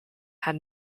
had